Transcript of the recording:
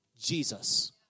Jesus